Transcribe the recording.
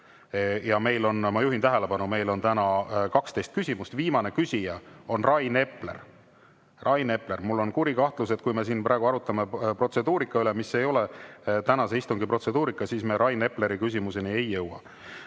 Meil on täna, ma juhin tähelepanu, 12 küsimust, viimane küsija on Rain Epler. Rain Epler, mul on kuri kahtlus, et kui me siin praegu arutame protseduurika üle, mis ei ole tänase istungi protseduurika, siis me Rain Epleri küsimuseni ei jõua. Mart